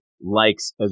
likes